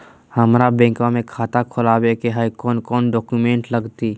हमरा बैंकवा मे खाता खोलाबे के हई कौन कौन डॉक्यूमेंटवा लगती?